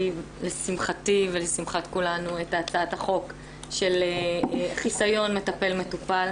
לשמחתי ולשמחת כולנו את הצעת החוק של חיסיון מטפל/מטופל,